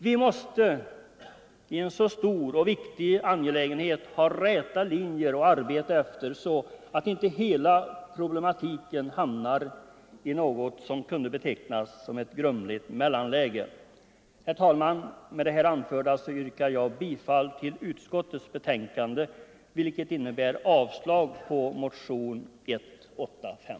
Vi måste i en så stor och viktig angelägenhet ha räta linjer att arbeta efter, så att inte hela problematiken hamnar i något som kunde betecknas som ett grumligt mellanläge. Herr talman! Med det anförda yrkar jag bifall till utskottets hemställan, vilket innebär avslag på motionen 185.